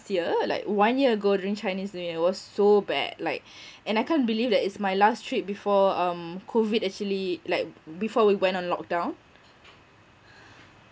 year like one year ago during chinese new year it was so bad like and I can't believe that it's my last trip before um COVID actually like before we went on lockdown